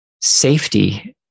safety